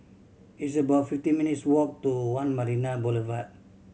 it's about fifty minutes' walk to One Marina Boulevard